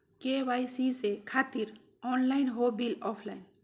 KYC से खातिर online हो बिल ऑफलाइन?